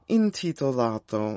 intitolato